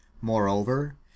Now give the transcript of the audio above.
Moreover